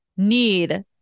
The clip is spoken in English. need